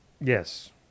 Yes